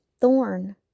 thorn